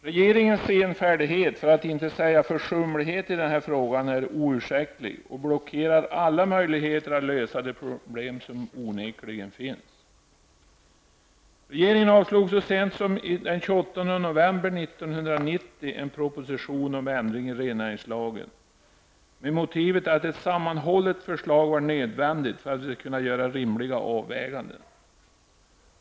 Regeringens senfärdighet, för att inte säga försumlighet, i den här frågan är oursäktlig och blockerar alla möjligheter att lösa de problem som onekligen finns. Så sent som den 28 november 1990 avslogs en proposition om ändring i rennäringslagen med motivet att ett sammanhållet förslag var nödvändigt för att kunna göra rimliga avväganden.